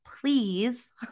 please